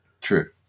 True